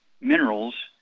minerals